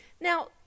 Now